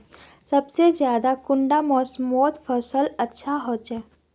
सबसे ज्यादा कुंडा मोसमोत फसल अच्छा होचे?